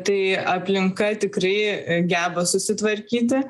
tai aplinka tikrai geba susitvarkyti